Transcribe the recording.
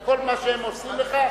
וכל מה שהם עושים לך,